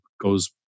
goes